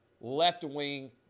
left-wing